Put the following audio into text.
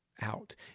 out